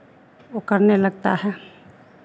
वो करने लगता है